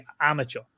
amateur